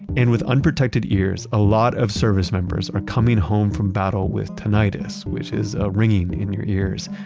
and with unprotected ears, a lot of service members are coming home from battle with tinnitus, which is a ringing in your ears,